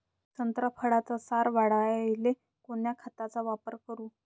संत्रा फळाचा सार वाढवायले कोन्या खताचा वापर करू?